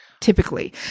Typically